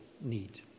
need